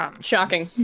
Shocking